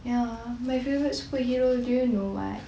ya my favourite superhero do you know what